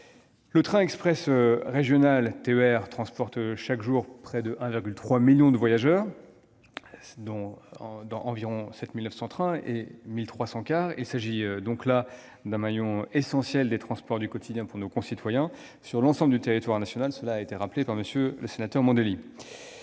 Le train express régional transporte chaque jour près de 1,3 million de voyageurs dans environ 7 900 trains et 1 300 autocars. Il s'agit donc d'un maillon essentiel des transports du quotidien pour nos concitoyens, sur l'ensemble du territoire national, comme cela a été rappelé par M. Mandelli.